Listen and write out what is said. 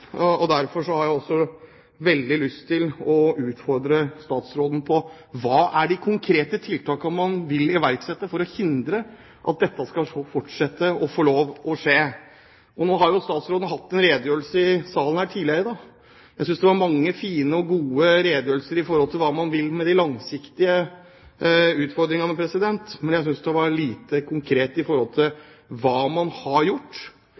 siste ukene. Derfor har jeg veldig lyst til å utfordre statsråden: Hvilke konkrete tiltak vil man iverksette for å hindre at dette fortsatt skal skje? Statsråden hadde jo en redegjørelse i salen tidligere i dag. Jeg synes det var mye fint og godt om hva man vil gjøre med de langsiktige utfordringene, men jeg synes hun var lite konkret om hva man har gjort. Veldig mye av det som er gjort, ble gjort lenge før statsråden kom på banen, slik jeg opplever det. I forhold til